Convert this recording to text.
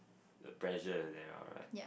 the pressure is there uh right